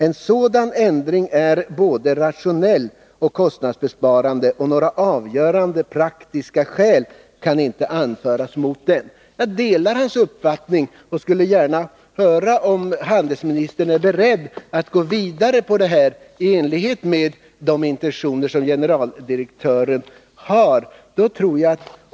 En sådan förändring är både rationell och kostnadsbesparande och några avgörande praktiska skäl kan inte anföras mot den.” Jag delar hans uppfattning och skulle gärna vilja höra om handelsministern är beredd att gå vidare på den vägen i enlighet med de intentioner som generaldirektören har.